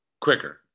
quicker